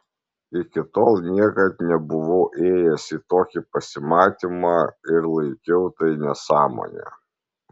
iki tol niekad nebuvau ėjęs į tokį pasimatymą ir laikiau tai nesąmone